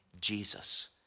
Jesus